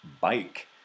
Bike